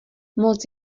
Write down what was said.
moc